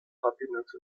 happiness